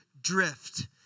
drift